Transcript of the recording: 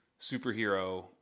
superhero